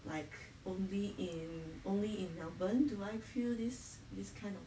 like only in only in melbourne do I feel this this kind of